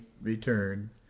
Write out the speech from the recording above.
return